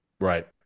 Right